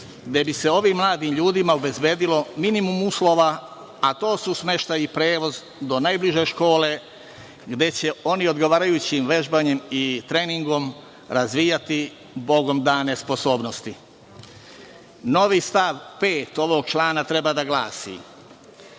gde bi se ovim mladim ljudima obezbedilo minimum uslova, a to su smeštaj i prevoz do najbliže škole gde će oni odgovarajućim vežbanjem i treningom razvijati bogomdane sposobnosti. Novi stav 5. ovog člana treba da glasi